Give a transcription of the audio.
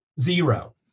Zero